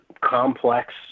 complex